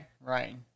right